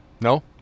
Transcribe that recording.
No